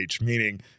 meaning